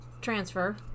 transfer